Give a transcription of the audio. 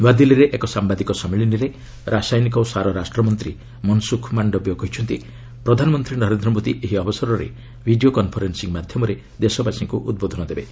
ନ୍ତଆଦିଲ୍ଲୀରେ ଏକ ସାୟାଦିକ ସମ୍ମିଳନୀରେ ରାସାୟନିକ ଓ ସାର ରାଷ୍ଟ୍ରମନ୍ତ୍ରୀ ମନ୍ସ୍ରଖ ମାଣ୍ଡବୀୟ କହିଛନ୍ତି ପ୍ରଧାନମନ୍ତ୍ରୀ ନରେନ୍ଦ୍ର ମୋଦି ଏହି ଅବସରରେ ଭିଡ଼ିଓ କନ୍ଫରେନ୍ସିଂ ମାଧ୍ୟମରେ ଦେଶବାସୀଙ୍କ ଉଦ୍ବୋଧନ ଦେବେ